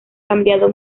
cambiado